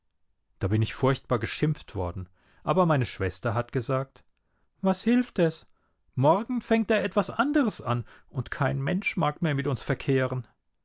da bin ich furchtbar geschimpft worden aber meine schwester hat gesagt was hilft es morgen fängt er etwas anderes an und kein mensch mag mehr mit uns verkehren